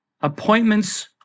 appointments